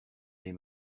les